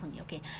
okay